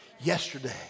yesterday